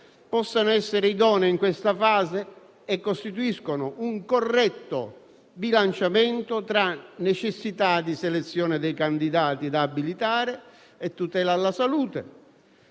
possano essere idonee in questa fase e costituiscano un corretto bilanciamento tra necessità di selezione dei candidati da abilitare e tutela della salute,